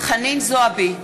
חנין זועבי,